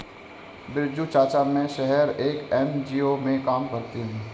बिरजू चाचा, मैं शहर में एक एन.जी.ओ में काम करती हूं